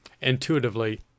intuitively